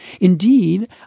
Indeed